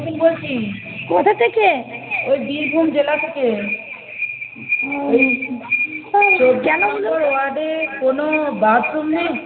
বলছি কোথা থেকে ওই বীরভূম জেলা থেকে ত কেন ওয়ার্ডে কোন বাথরুম নেই